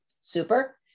Super